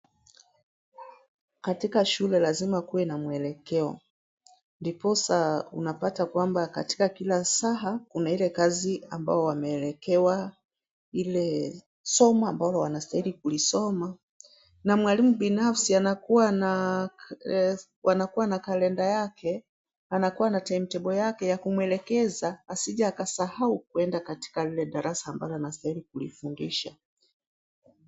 Katika shule lazima kuwe na mwelekeo. Ndiposa unapata kwamba, katika kila saa, kuna ile kazi ambayo wameekewa ile somo ambalo wanastahili kulisoma na mwalimu binafsi anakua ka kalenda yake, anakua na timetable yake ya kumuelekeza asije akasahau kuenda katika lile darasa ambalo anastahili kulifundisha.